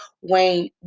Wayne